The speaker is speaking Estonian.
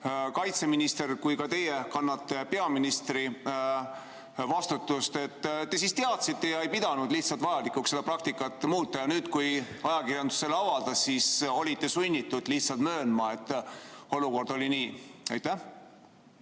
kaitseminister ja teie kannate peaministri vastutust. Te siis teadsite ja ei pidanud lihtsalt vajalikuks seda praktikat muuta ja nüüd, kui ajakirjandus selle avaldas, siis olite sunnitud lihtsalt möönma, et olukord oli nii? Suur